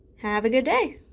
have a good day!